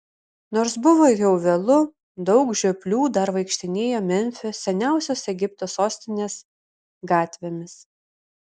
nors buvo jau vėlu daug žioplių dar vaikštinėjo memfio seniausios egipto sostinės gatvėmis